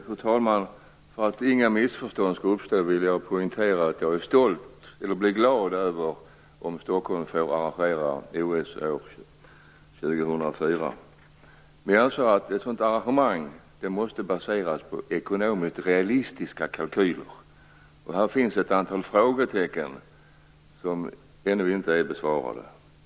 Fru talman! För att inga missförstånd skall uppstå vill jag först poängtera att jag blir glad om Stockholm får arrangera OS år 2004. Men jag anser att ett sådant arrangemang måste baseras på ekonomiskt realistiska kalkyler. Här finns ett antal frågetecken som ännu inte är besvarade.